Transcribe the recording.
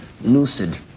lucid